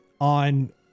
on